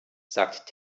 sagt